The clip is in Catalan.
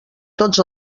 tots